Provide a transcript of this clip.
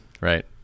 Right